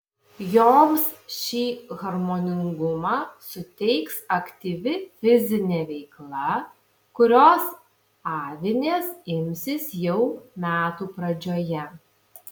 joms šį harmoningumą suteiks aktyvi fizinė veikla kurios avinės imsis jau metų pradžioje